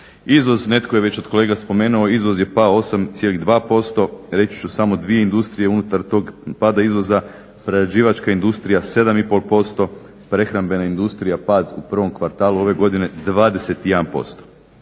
Izvoz, netko je već od kolega spomenuo, izvoz je pao 8,2%. Reći ću samo dvije industrije unutar tog pada izvoza, prerađivačka industrija 7,5%, prehrambena industrija pad u prvom kvartalu ove godine 21%.